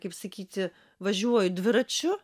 kaip sakyti važiuoju dviračiu